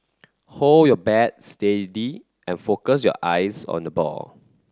hold your bat steady and focus your eyes on the ball